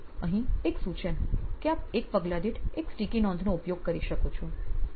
અહીં એક સૂચન કે આપ એક પગલાદીઠ એક સ્ટિકી નોંધનો ઉપયોગ કરી શકો છો